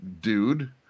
dude